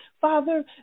Father